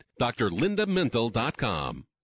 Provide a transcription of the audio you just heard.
drlindamental.com